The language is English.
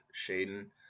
Shaden